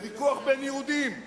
זה ויכוח בין יהודים.